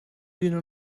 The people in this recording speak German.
wir